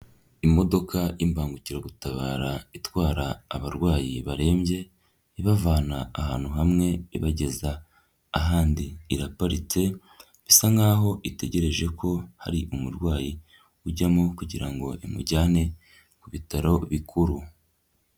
Imodoka imbangukiragutabara itwara abarwayi barembye, ibavana ahantu hamwe ibageza ahandi iraparitse, isa nkaho itegereje ko hari umurwayi ujyamo kugira ngo imujyane ku bitaro bikuru.